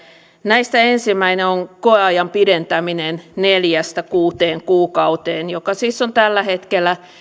näistä ensimmäinen on koeajan pidentäminen neljästä kuuteen kuukauteen joka siis on tällä hetkellä